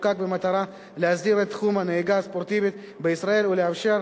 חוקק במטרה להסדיר את תחום הנהיגה הספורטיבית בישראל ולאפשר